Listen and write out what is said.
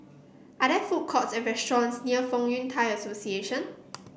are there food courts or restaurants near Fong Yun Thai Association